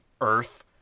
Earth